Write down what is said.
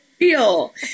real